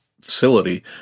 facility